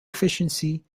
efficiency